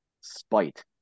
spite